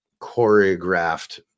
choreographed